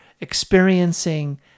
experiencing